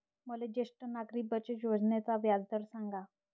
मले ज्येष्ठ नागरिक बचत योजनेचा व्याजदर सांगा